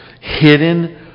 hidden